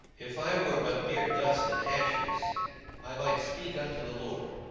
if i were but mere dust and ashes i might speak unto the lord,